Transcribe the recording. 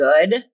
good